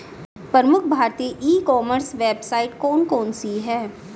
प्रमुख भारतीय e commerce website कौन कौन सी हैं?